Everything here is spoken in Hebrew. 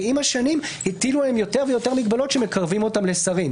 ועם השנים הטילו עליהם יותר ויותר מגבלות שמקרבים אותם לשרים.